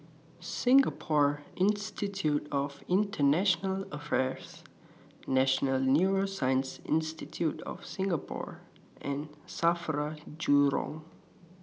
Singapore Institute of International Affairs National Neuroscience Institute of Singapore and SAFRA Jurong